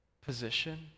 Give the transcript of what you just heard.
Position